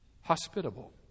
hospitable